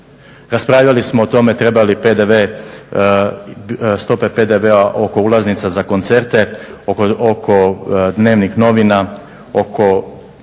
Raspravljali smo o tome treba li stope PDV-a oko ulaznica za koncerte, oko dnevnih novina, oko